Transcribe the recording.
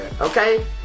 okay